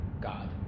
God